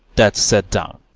that's set down.